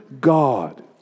God